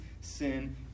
sin